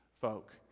folk